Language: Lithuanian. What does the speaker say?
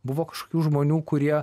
buvo kažkokių žmonių kurie